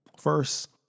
First